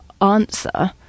answer